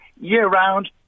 year-round